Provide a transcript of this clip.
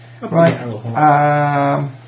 Right